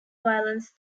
violence